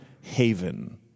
haven